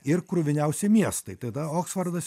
ir kruviniausi miestai tada oksfordas